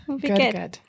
Good